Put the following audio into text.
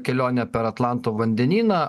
kelionę per atlanto vandenyną